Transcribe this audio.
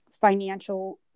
financial